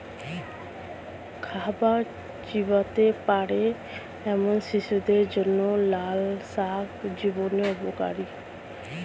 খাবার চিবোতে পারে এমন শিশুদের জন্য লালশাক ভীষণ উপকারী